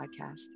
podcast